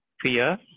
fear